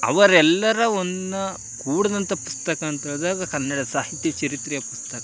ಅವರೆಲ್ಲರನ್ನ ಕೂಡಿದಂತ ಪುಸ್ತಕ ಅಂತೇಳಿದಾಗ ಕನ್ನಡ ಸಾಹಿತ್ಯ ಚರಿತ್ರೆಯ ಪುಸ್ತಕ